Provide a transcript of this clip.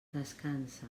descansa